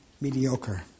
mediocre